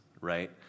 right